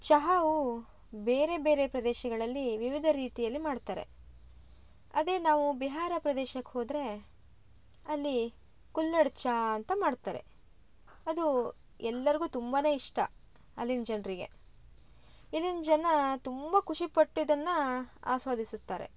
ಚಹಾವು ಬೇರೆ ಬೇರೆ ಪ್ರದೇಶಗಳಲ್ಲಿ ವಿವಿಧ ರೀತಿಯಲ್ಲಿ ಮಾಡ್ತಾರೆ ಅದೆ ನಾವು ಬಿಹಾರ ಪ್ರದೇಶಕ್ಕೆ ಹೋದರೆ ಅಲ್ಲಿ ಕುಲ್ಲಡ್ ಚಾ ಅಂತ ಮಾಡ್ತಾರೆ ಅದು ಎಲ್ಲರಿಗು ತುಂಬ ಇಷ್ಟ ಅಲ್ಲಿನ ಜನರಿಗೆ ಅಲ್ಲಿನ ಜನ ತುಂಬ ಖುಷಿಪಟ್ಟು ಇದನ್ನ ಆಸ್ವಾದಿಸುತ್ತಾರೆ